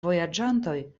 vojaĝantoj